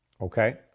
Okay